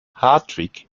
hartwig